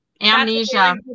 Amnesia